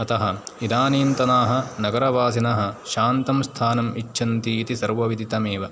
अतः इदानीन्तनाः नगरवासिनः शान्तं स्थानम् इच्छन्ति इति सर्वविदितमेव